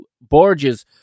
Borges